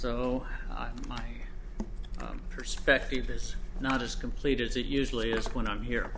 so my perspective is not as complete as it usually is when i'm here